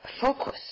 focus